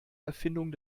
erfindung